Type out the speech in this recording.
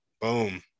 Boom